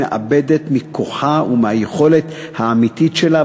מאבדת מכוחה ומהיכולת האמיתית שלה.